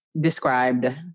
described